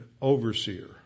overseer